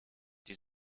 die